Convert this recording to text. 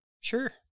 Sure